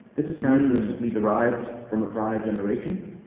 this is characteristically derived from a prior generation,